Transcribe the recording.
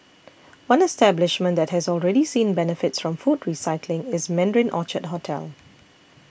one establishment that has already seen the benefits from food recycling is Mandarin Orchard hotel